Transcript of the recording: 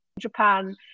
Japan